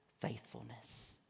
faithfulness